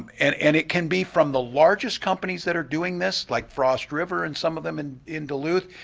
and and it can be from the largest companies that are doing this, like frost river and some of them in in duluth,